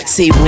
See